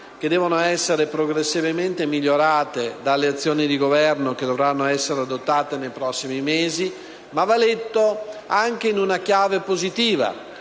che devono essere progressivamente migliorate dalle azioni di Governo che dovranno essere adottate nei prossimi mesi, ma anche in una chiave positiva.